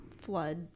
flood